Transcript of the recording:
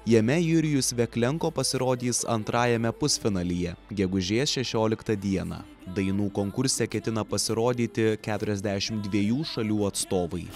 jame jurijus veklenko pasirodys antrajame pusfinalyje gegužės šešioliktą dieną dainų konkurse ketina pasirodyti keturiasdešimt dviejų šalių atstovai